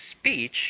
speech